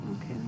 Okay